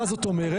מה זאת אומרת?